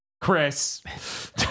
Chris